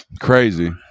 Crazy